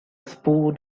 spoon